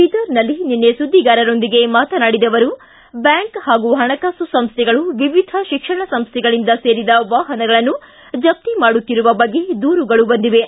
ಬೀದರ್ನಲ್ಲಿ ನಿನ್ನೆ ಸುದ್ದಿಗಾರರೊಂದಿಗೆ ಮಾತನಾಡಿದ ಅವರು ಬ್ಯಾಂಕ್ ಹಾಗೂ ಹಣಕಾಸು ಸಂಸ್ಥೆಗಳು ವಿವಿಧ ಶಿಕ್ಷಣ ಸಂಸ್ಥೆಗಳಿಗೆ ಸೇರಿದ ವಾಹನಗಳನ್ನು ಜಪ್ತಿ ಮಾಡುತ್ತಿರುವ ಬಗ್ಗೆ ದೂರುಗಳು ಬಂದಿವೆ